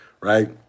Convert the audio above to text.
Right